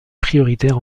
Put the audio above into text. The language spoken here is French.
prioritaires